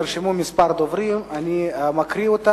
נרשמו כמה דוברים, אני מקריא את שמותיהם,